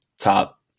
top